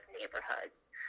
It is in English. neighborhoods